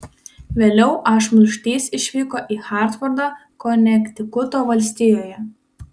vėliau a šmulkštys išvyko į hartfordą konektikuto valstijoje